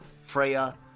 Freya